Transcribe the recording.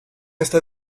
está